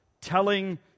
telling